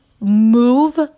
move